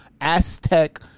Aztec